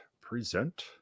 present